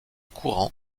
courants